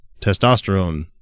testosterone